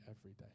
everyday